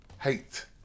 hate